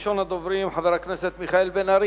ראשון הדוברים הוא חבר הכנסת מיכאל בן-ארי,